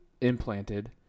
implanted